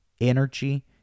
energy